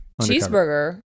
cheeseburger